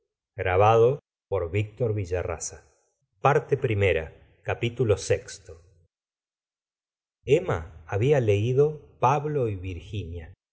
egeexeeeeetee vi emma había leído pablo y virginia